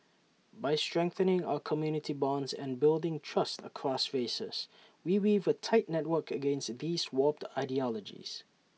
by strengthening our community bonds and building trust across races we weave A tight network against these warped ideologies